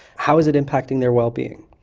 how is it impacting their well-being?